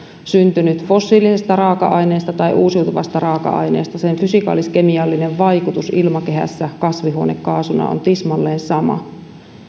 syntynyt fossiilisesta raaka aineesta tai uusiutuvasta raaka aineesta sen fysikaalis kemiallinen vaikutus ilmakehässä kasvihuonekaasuna on tismalleen sama